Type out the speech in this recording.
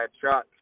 truck